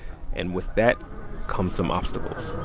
and with that comes some obstacles